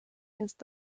ist